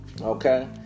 Okay